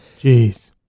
Jeez